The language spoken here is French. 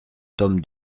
tome